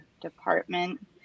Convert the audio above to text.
department